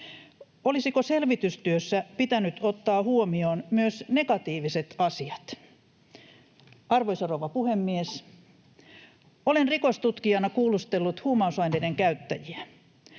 Olisiko selvitystyössä pitänyt ottaa huomioon myös negatiiviset asiat? Arvoisa rouva puhemies! Olen rikostutkijana kuulustellut huumausaineiden käyttäjiä.